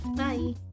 Bye